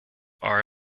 are